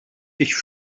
ich